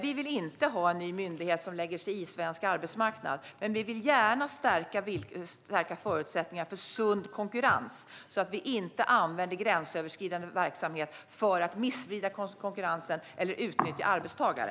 Vi vill inte ha en ny myndighet som lägger sig i svensk arbetsmarknad, men vi vill gärna stärka förutsättningarna för sund konkurrens så att vi inte använder gränsöverskridande verksamhet för att snedvrida konkurrensen eller utnyttja arbetstagare.